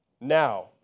Now